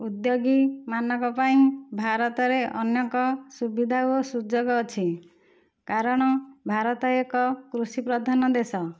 ଉଦ୍ୟୋଗୀମାନଙ୍କ ପାଇଁ ଭାରତରେ ଅନେକ ସୁବିଧା ଓ ସୁଯୋଗ ଅଛି କାରଣ ଭାରତ ଏକ କୃଷି ପ୍ରଧାନ ଦେଶ